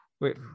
wait